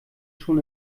schon